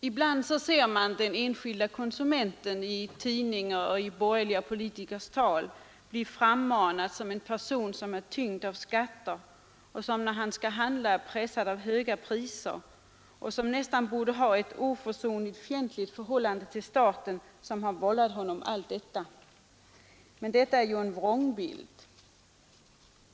I borgerliga tidningar och i borgerliga politikers tal frammanas ofta en bild av den enskilde konsumenten som en av skatter tyngd person, som när han skall handla är pressad av höga priser och som nästan borde ha ett oförsonligt fientligt förhållande till staten som vållat honom allt detta. Det är ju en vrångbild.